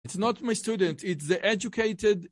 זה לא חלקי, זה חלקי...